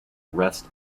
rest